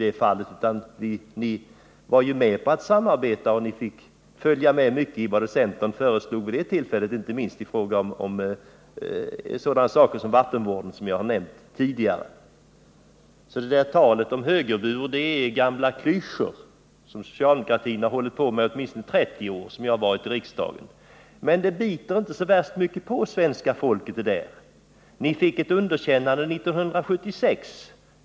Ni var ju själva med på ett samarbete med oss, och ni fick följa med i mycket av vad centern föreslog vid de tillfällen vi diskuterade miljöfrågor, inte minst frågan om vattenvård, som jag nämnde tidigare. Talet om högerbur är alltså gamla klyschor som socialdemokratin har hållit på med under åtminstone de 30 år som jag har varit i riksdagen. Men det där biter inte så värst mycket på svenska folket. Ni fick ett underkännande i valet 1976.